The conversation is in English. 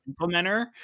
implementer